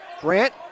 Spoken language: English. Grant